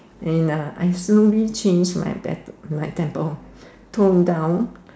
and uh I slowly changed my temper tone down